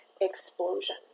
explosion